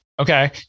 okay